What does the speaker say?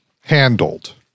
handled